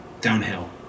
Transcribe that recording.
downhill